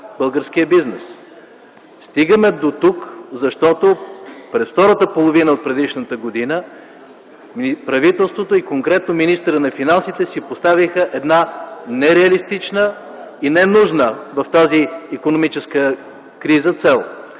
българския бизнес. Стигаме дотук, защото през втората половина от предишната година правителството и конкретно министъра на финансите си поставиха една нереалистична и ненужна в тази икономическа криза цел